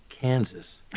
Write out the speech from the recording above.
Kansas